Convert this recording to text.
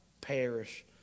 perish